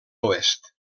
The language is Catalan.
oest